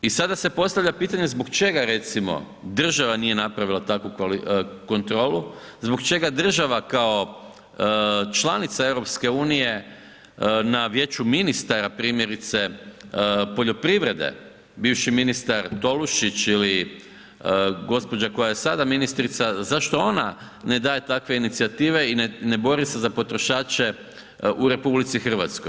I sada se postavlja pitanje zbog čega recimo država nije napravila takvu kontrolu, zbog čega država kao članica EU na Vijeću ministara primjerice poljoprivrede, bivši ministar Tolušić ili gospođa koja je sada ministrica zašto ona ne daje takve inicijative i ne bori se za potrošače u RH.